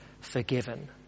forgiven